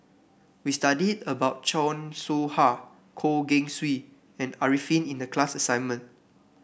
we study about Chan Soh Ha Goh Keng Swee and Arifin in the class assignment